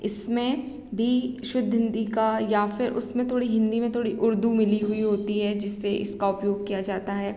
इसमें भी शुद्ध हिंदी का या फ़िर उसमें थोड़ी हिंदी में थोड़ी उर्दू मिली हुई होती है जिससे इसका उपयोग किया जाता है